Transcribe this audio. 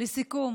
לסיכום,